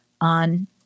On